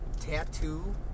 tattoo